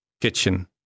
kitchen